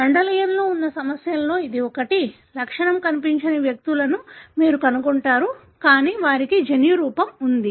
మెండెలియన్లో ఉన్న సమస్యలలో ఇది ఒకటి లక్షణం కనిపించని వ్యక్తులను మీరు కనుగొంటారు కానీ వారికి జన్యురూపం ఉంది